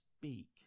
speak